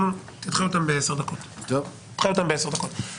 בהמשך להקראה ולדיון הצד שהיה קודם לכן,